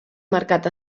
mercat